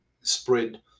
spread